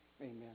Amen